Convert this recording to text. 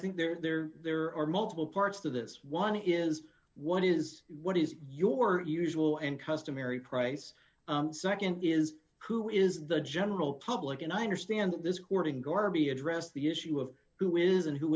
think there there are multiple parts to this one is what is what is your usual and customary price nd is who is the general public and i understand this courting darby addressed the issue of who is and who